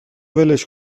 ولش